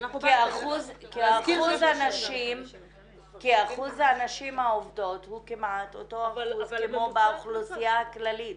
כי אחוז הנשים העובדות הוא כמעט אותו אחוז כמו האוכלוסייה הכללית,